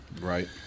Right